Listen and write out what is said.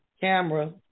camera